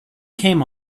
came